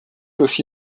aussi